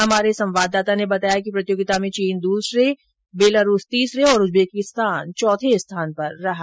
हमारे संवाददाता ने बताया कि इस प्रतियोगिता में चीन दूसरे पर बेलारूस तीसरे और उज्बेकिस्तान चौथे स्थान पर रहा